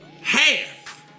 Half